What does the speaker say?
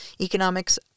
economics